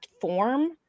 form